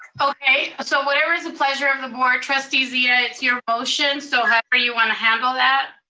okay, so whatever is the pleasure of the board, trustee zia, it's your motion, so however you wanna handle that.